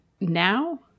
now